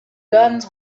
guns